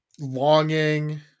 longing